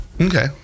Okay